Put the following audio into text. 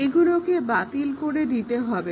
এগুলোকে বাতিল করে দিতে হবে